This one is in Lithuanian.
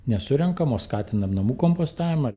nesurenkam o skatinam namų kompostavimą